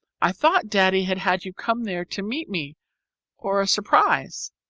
i thought daddy had had you come there to meet me or a surprise.